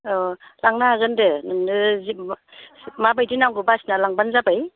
औ लांनो हागोन दे नोंनो जेनबा माबायदि नांगौ बासिनानै लांबानो जाबाय